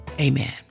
Amen